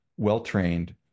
well-trained